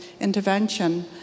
intervention